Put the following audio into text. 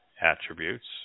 attributes